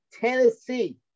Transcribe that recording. Tennessee